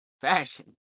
fashion